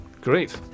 great